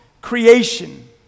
creation